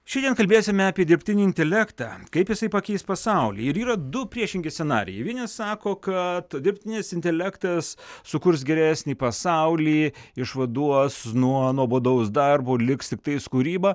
šiandien kalbėsime apie dirbtinį intelektą kaip jisai pakeis pasaulį ir yra du priešingi scenarijai vieni sako kad dirbtinis intelektas sukurs geresnį pasaulį išvaduos nuo nuobodaus darbo liks tiktais kūryba